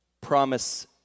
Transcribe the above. promise